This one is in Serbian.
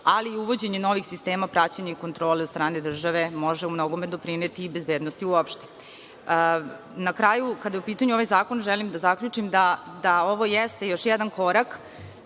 ali i uvođenje novih sistema praćenja i kontrole od strane države može umnogome doprineti i bezbednosti uopšte. Na kraju kada je u pitanju ovaj zakon, želim da zaključim da ovo jeste još jedan korak,